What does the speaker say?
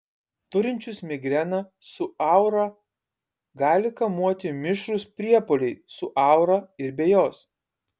turinčius migreną su aura gali kamuoti mišrūs priepuoliai su aura ir be jos